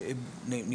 לקראת הדיון הזה,